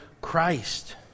Christ